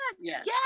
yes